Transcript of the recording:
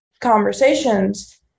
conversations